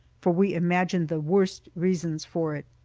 for we imagined the worst reasons for it.